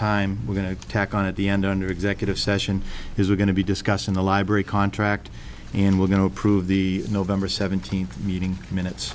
time we're going to tack on at the end under executive session is we're going to be discussing the library contract and we're going to approve the november seventeenth meeting minutes